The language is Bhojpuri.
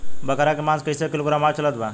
बकरी के मांस कईसे किलोग्राम भाव चलत बा?